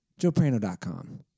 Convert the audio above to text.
JoePrano.com